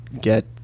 get